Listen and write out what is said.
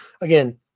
again